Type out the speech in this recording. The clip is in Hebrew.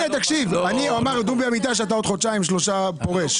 אומר דובי אמיתי שעוד חודשיים-שלושה אתה פורש.